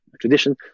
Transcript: tradition